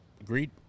Agreed